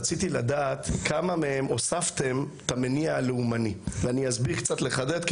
רציתי לדעת כמה מהם הוספתם את המניע הלאומני ואני אסביר קצת לחדד,